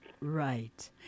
right